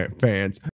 fans